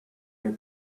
your